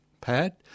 pad